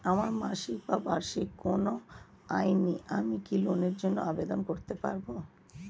আমার মাসিক বা বার্ষিক কোন আয় নেই আমি কি লোনের জন্য আবেদন করতে পারব?